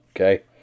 okay